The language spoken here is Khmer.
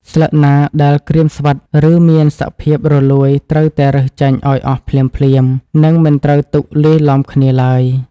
ស្លឹកណាដែលក្រៀមស្វិត ឬមានសភាពរលួយត្រូវតែរើសចេញឱ្យអស់ភ្លាមៗ និងមិនត្រូវទុកលាយឡំគ្នាឡើយ។